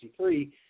1963